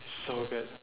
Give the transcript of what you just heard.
so good